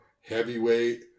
heavyweight